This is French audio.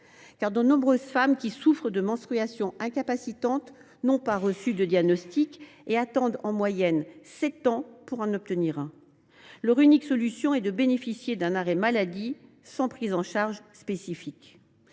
car de nombreuses femmes souffrant de menstruations incapacitantes n’ont pas reçu de diagnostic et attendent en moyenne sept ans pour en obtenir un. Leur unique solution est de bénéficier d’un arrêt maladie sans prise en charge spécifique.